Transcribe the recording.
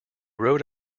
wrote